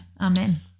Amen